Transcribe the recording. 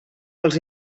els